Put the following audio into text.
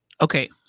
Okay